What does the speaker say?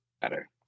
better